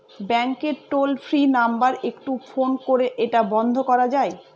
ব্যাংকের toll free number একটু phone করে এটা বন্ধ করা যায়?